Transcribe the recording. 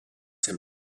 him